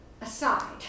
aside